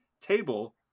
table